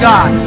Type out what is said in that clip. God